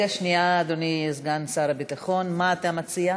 אדוני סגן שר הביטחון, מה אתה מציע?